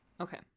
okay